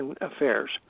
affairs